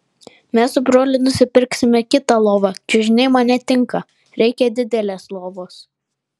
mes su broliu nusipirksime kitą lovą čiužiniai man netinka reikia didelės lovos